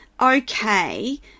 okay